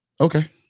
Okay